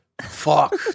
Fuck